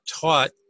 taught